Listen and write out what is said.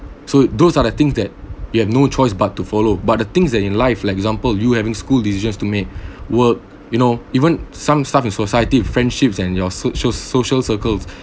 so those are the things that you have no choice but to follow but the things that in life like example you having school decisions to made work you know even some stuff in society friendships and your soc~ cia~ social circles